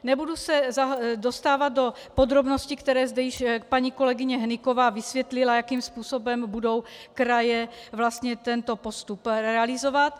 Nebudu se dostávat do podrobností, které zde již paní kolegyně Hnyková vysvětlila, jakým způsobem budou kraje vlastně tento postup realizovat.